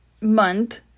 month